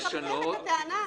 אתה סותר את הטענה,